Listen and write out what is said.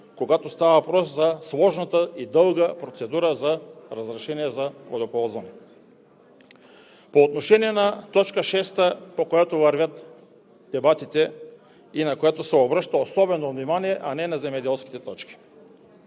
когато става въпрос за сложната и дълга процедура за разрешение за водоползване. По отношение на т. 6, по която вървят дебатите и на която се обръща особено внимание, а не на земеделските точки.